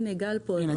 גל פה.